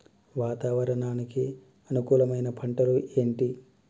వాతావరణానికి అనుకూలమైన పంటలు ఏంటి?